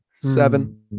Seven